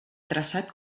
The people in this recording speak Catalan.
traçat